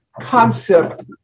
concept